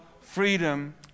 freedom